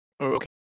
Okay